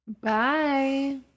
Bye